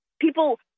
people